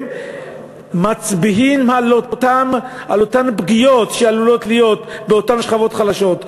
הם מצביעים על אותן פגיעות שעלולות להיות באותן שכבות חלשות.